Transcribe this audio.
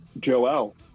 joel